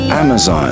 Amazon